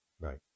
Right